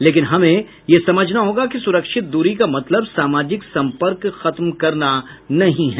लेकिन हमें यह समझना होगा कि सुरक्षित दूरी का मतलब सामाजिक संपर्क खत्म करना नहीं है